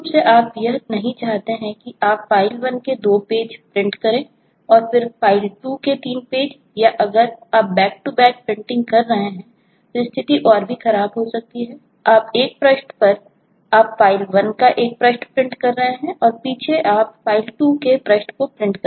आप एक पृष्ठ पर आप फ़ाइल 1 का एक पृष्ठ प्रिंट करते हैं और पीछे आप फ़ाइल 2 के पृष्ठ को प्रिंट करते हैं